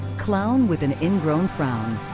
clown with an ingrown frown.